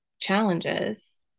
challenges